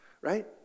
right